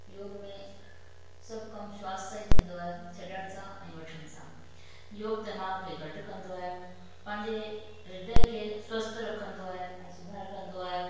योग में सभु कम श्वास सां ई थींदो आहे छॾण सां ऐं वठण सां योग तनाव खे घटि कंदो आहे पंहिंजे हृदय खे स्वस्थ रखंदो आहे ऐं सुधारु कंदो आहे